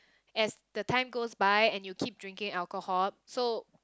as the time goes by and you keep drinking alcohol so